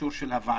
לאישור של הוועדה.